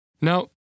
Now